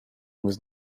was